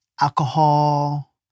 Alcohol